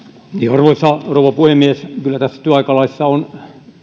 arvoisa rouva puhemies kyllä tässä työaikalaissa on